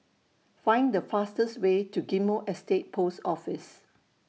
Find The fastest Way to Ghim Moh Estate Post Office